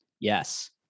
Yes